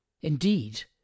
indeed